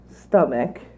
stomach